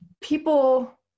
people